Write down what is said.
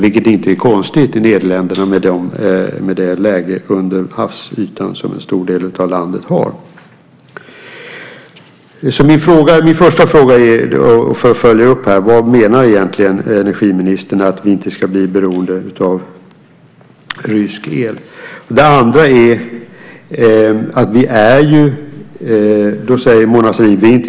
Det är inte konstigt i Nederländerna som till stor del ligger under havsnivån. Min första fråga är: Vad menar energiministern med att vi inte ska bli beroende av rysk gas? Sedan vill jag ta upp en annan sak.